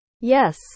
Yes